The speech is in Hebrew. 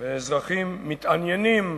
ואזרחים מתעניינים,